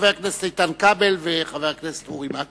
חבר הכנסת איתן כבל וחבר הכנסת אורי מקלב,